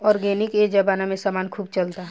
organic ए जबाना में समान खूब चलता